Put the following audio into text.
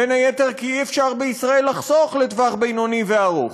בין היתר כי אי-אפשר בישראל לחסוך לטווח בינוני וארוך,